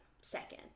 second